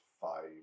five